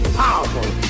powerful